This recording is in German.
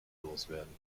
loswerden